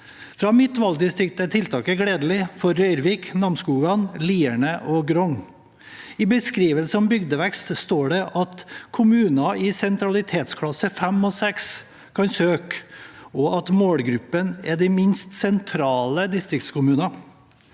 For mitt valgdistrikt er tiltaket gledelig – for Røyrvik, Namsskogan, Lierne og Grong. I beskrivelsen om bygdevekst står det at kommuner i sentralitetsklasse 5 og 6 kan søke, og at målgruppen er de minst sentrale distriktskommunene.